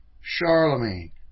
Charlemagne